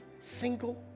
single